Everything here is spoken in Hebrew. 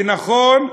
ונכון,